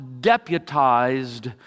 deputized